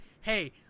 hey